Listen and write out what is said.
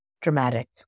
dramatic